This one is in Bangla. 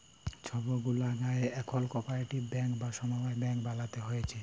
ছব গুলা গায়েঁ এখল কপারেটিভ ব্যাংক বা সমবায় ব্যাংক বালালো হ্যয়েছে